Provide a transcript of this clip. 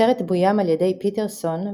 הסרט בוים על ידי פיטר סון,